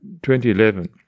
2011